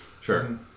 Sure